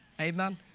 amen